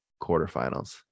quarterfinals